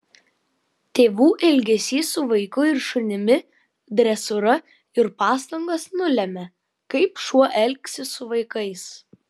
tėvų elgesys su vaiku ir šunimi dresūra ir pastangos nulemia kaip šuo elgsis su vaikais